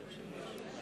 זחאלקה,